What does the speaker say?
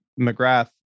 McGrath